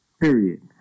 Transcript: Period